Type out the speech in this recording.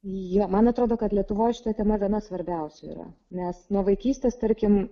jo man atrodo kad lietuvoj šita tema viena svarbiausių yra mes nuo vaikystės tarkim